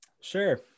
sure